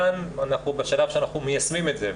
כאן אנחנו בשלב שאנחנו מיישמים את זה.